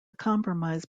compromise